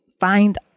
find